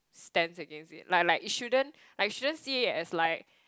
stance against it like like it shouldn't like shouldn't see it as like